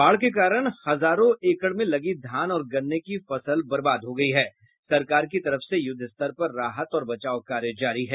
बाढ़ के कारण हजारों एकड़ में लगी धान और गन्ने की फसलें बर्बाद हो गयी हैं सरकार की तरफ से युद्धस्तर पर राहत और बचाव कार्य जारी है